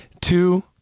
Two